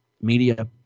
media